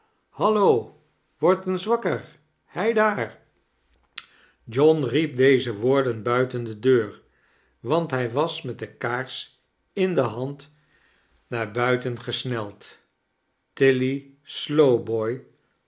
hallo word eens wakker heidaar john riep deze woorden buiten de deur want hij was met de kaars in de hand naar buiten gesneld